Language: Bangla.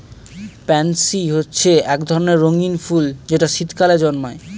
প্যান্সি হচ্ছে এক ধরনের রঙিন ফুল যেটা শীতকালে জন্মায়